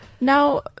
Now